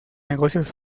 negocios